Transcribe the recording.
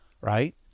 Right